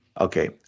Okay